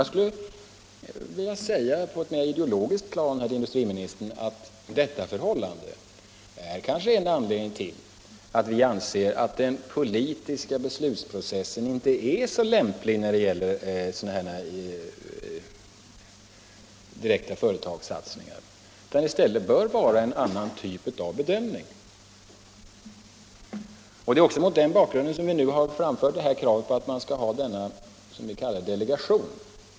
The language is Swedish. Jag skulle vilja säga, på ett mer ideologiskt plan, till industriministern att detta förhållande kanske är en av anledningarna till att vi anser att den politiska beslutsprocessen inte är så lämplig när det gäller sådana här direkta företagssatsningar utan att det bör vara en annan typ av bedömningar. Det är också mot den bakgrunden som vi nu har framfört kravet på att det skall tillsättas en delegation.